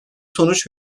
sonuç